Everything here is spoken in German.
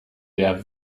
der